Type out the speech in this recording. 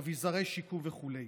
אביזרי שיקום וכולי.